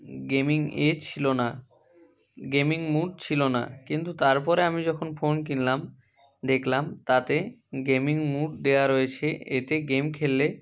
গেমিংয়ে ছিলো না gaming mode ছিলো না কিন্তু তারপরে আমি যখন ফোন কিনলাম দেখলাম তাতে গেমিং মুড দেওয়া রয়েছে এতে গেম খেললে